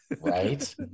Right